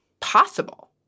possible